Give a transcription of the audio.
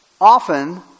often